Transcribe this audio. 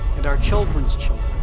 and our children's children,